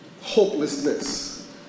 hopelessness